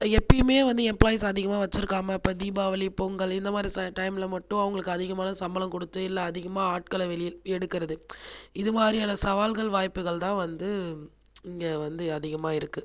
எப்பவுமே வந்து எம்ப்ளாய்ஸ் அதிகமாக வச்சுருக்காமல் இப்போ தீபாவளி பொங்கல் இந்த மாதிரி டைமில் மட்டும் அவர்களுக்கு அதிகமான சம்பளம் கொடுத்து இல்லை அதிகமாக ஆட்களை வெளியே எடுக்கிறது இது மாதிரியான சவால்கள் வாய்ப்புகள் தான் வந்து இங்கே வந்து அதிகமாக இருக்குது